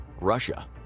Russia